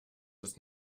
ist